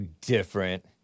different